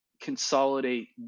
consolidate